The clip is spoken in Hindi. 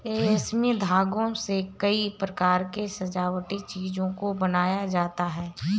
रेशमी धागों से कई प्रकार के सजावटी चीजों को बनाया जाता है